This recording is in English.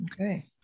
okay